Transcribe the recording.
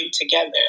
together